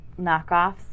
knockoffs